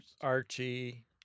Archie